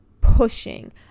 pushing